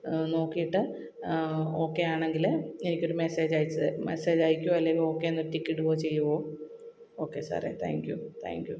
നോക്കീട്ട് ഓകെ ആണെങ്കിൽ എനിക്കൊരു മെസ്സേജ് അയച്ചു തരൂ മെസ്സേജ് അയക്കുവോ അല്ലെങ്കില് ഓകെ എന്ന് ടിക്ക് ഇടുവോ ചെയ്യുവോ ഓകെ സാറേ താങ്ക് യൂ താങ്ക് യൂ